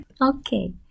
Okay